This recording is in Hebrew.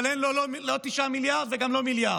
אבל אין לו לא 9 מיליארד וגם לא מיליארד.